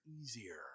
easier